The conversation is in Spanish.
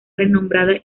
renombrada